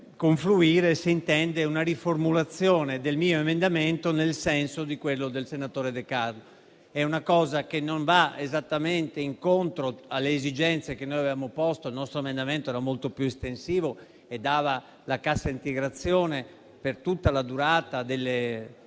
confluire si intende una riformulazione del mio emendamento nel senso di quello del senatore De Carlo. È una cosa che non va esattamente incontro alle esigenze che noi avevamo posto. Il nostro emendamento era molto più estensivo e dava la cassa integrazione per tutta la durata delle